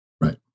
Right